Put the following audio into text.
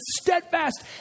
steadfast